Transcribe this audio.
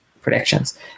predictions